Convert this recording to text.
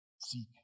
Seek